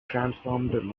transformed